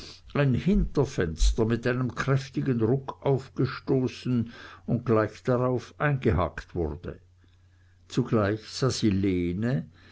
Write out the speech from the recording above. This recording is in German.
ein hinterfenster mit einem kräftigen ruck aufgestoßen und gleich darauf eingehakt wurde zugleich sah sie lene